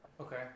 okay